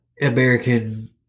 American